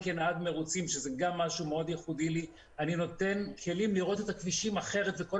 אני נותן כלים לראות את הכבישים אחרת וכך